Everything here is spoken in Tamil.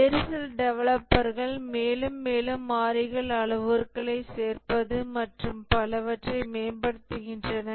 வேறு சில டெவலப்பர்கள் மேலும் மேலும் மாறிகள் அளவுருக்களைச் சேர்ப்பது மற்றும் பலவற்றை மேம்படுத்துகின்றன